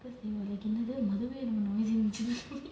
because they were like மொதலையே:mothalaiyae noisy ah இருந்துச்சி:irunthuchi